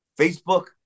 Facebook